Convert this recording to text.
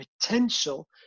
potential